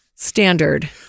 standard